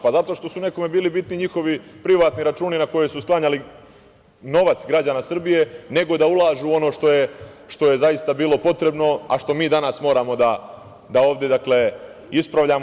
Pa, zato što su nekome bili bitni njihovi privatni računi na koje su sklanjali novac građana Srbije, nego da ulažu u ono što je zaista bilo potrebno, a što mi danas moramo da ovde ispravljamo.